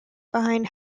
behind